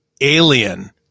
alien